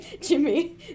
Jimmy